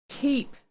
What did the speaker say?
Keep